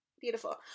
beautiful